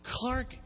Clark